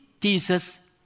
Jesus